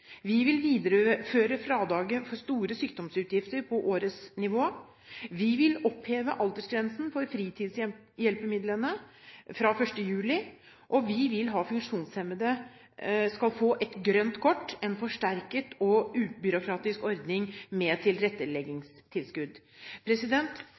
vi vil videreføre fradraget for store sykdomsutgifter på årets nivå, vi vil oppheve aldersgrensen for fritidshjelpemidler fra 1. juli, og vi vil at funksjonshemmede skal få et grønt kort – en forsterket og ubyråkratisk ordning med